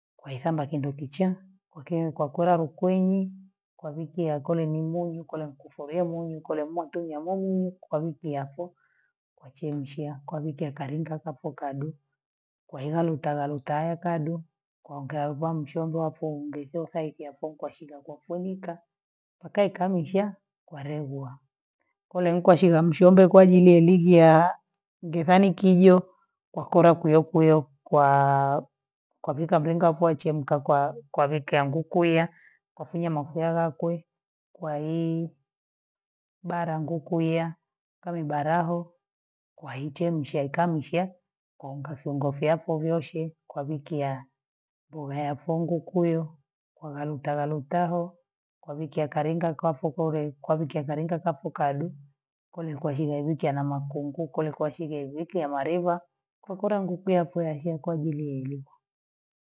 Kweikamba kindo kichaa, kwakiu kwa kulala kwenyu, kwa viki yakole nimbaa yenyu kula kunfa, lyamangi ikole mmatunya magumu, kwa vipia yako wachemsha, kwa viki yakalinga papokado, kwa hila litawaletawale kado, kwaongea uva mshondo afu ungize kale kyasonko washila kwa fenika, takae ikamidjya kwalegwa, kole nkwashi nyamshondo kwa ajilie ligi yaa bethani kijo, kwa kora kuyo kwio, kwa kwapika pinga kwachemka kwa kwa keke ya ngukuya, kwa funye maswalakwe, kwa hii bara ngukuya, kau baraho kwaichemsha ikamshe ankafunga fyako vyoshe kwa viki ya mboga ya kwanguku uyo kwa ghawalutawa lutaho, kwa viki yakalinga kwafo kule kwa wiki ya kalinga kafo kadu, kule ni kwahila viki ana makunguku ya shigevi, viki amaliva, kwakora nguku yakwa achia kwa ajili yenu.